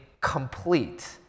complete